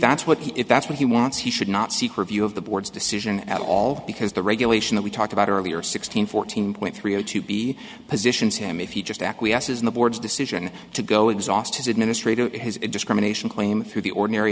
that's what he if that's what he wants he should not seek review of the board's decision at all because the regulation that we talked about earlier sixteen fourteen point three zero to be positions him if he just acquiesces in the board's decision to go exhaust his administrator has a discrimination claim through the ordinary